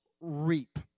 reap